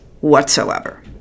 whatsoever